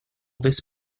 this